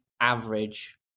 average